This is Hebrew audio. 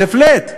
זה flat.